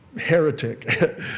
heretic